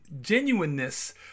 genuineness